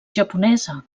japonesa